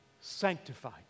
sanctified